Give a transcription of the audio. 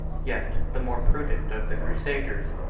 yet the more prudent of the crusaders,